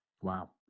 Wow